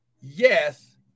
Yes